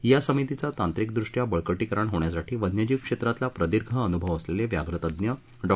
या समितीचं तांत्रिक दृष्ट्या बळकटीकरण होण्यासाठी वन्यजीव क्षेत्रातला प्रदीर्घ अनुभव असलेले व्याघ्र तज्ज्ञ डॉ